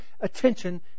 attention